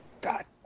God